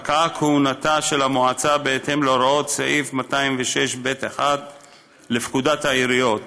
פקעה כהונתה של המועצה בהתאם להוראות סעיף 206ב1 לפקודת העיריות.